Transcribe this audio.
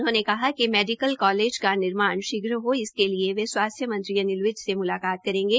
उन्होंने कहा कि मेडिकल कालेज का निर्माण शीघ्र हो इसके लिए वे स्वास्थ्य मंत्री अनिल विज से मुलाकात करेंगे